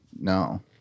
no